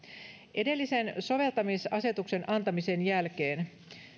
edellisen soveltamisasetuksen antamisen jälkeen